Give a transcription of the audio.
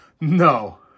No